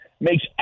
makes